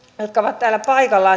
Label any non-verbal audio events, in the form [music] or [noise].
jotka ovat täällä paikalla [unintelligible]